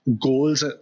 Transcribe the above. goals